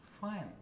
fine